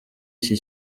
iki